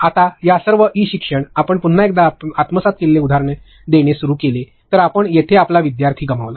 आता या सर्व ई शिक्षण आपण पुन्हा एकदा आत्मसात केलेली उदाहरणे देणे सुरू केले तर आपण तेथे आपला विद्यार्थी गमावला